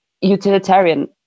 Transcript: utilitarian